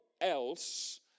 else